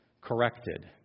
corrected